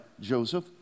Joseph